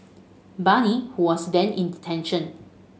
Bani who was then in detention